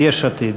יש עתיד.